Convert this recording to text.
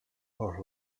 her